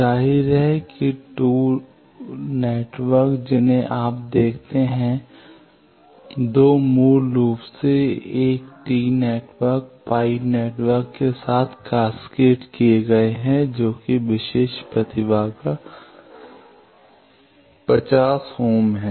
जाहिर है कि 2 नेटवर्क हैं जिन्हें आप देखते हैं 2 मूल रूप से 1 T नेटवर्क π नेटवर्क के साथ कैस्केड किए गए हैं जो कि विशेष प्रतिबाधा 50 ओम है